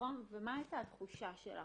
ומה הייתה התחושה שלך,